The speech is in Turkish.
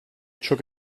çok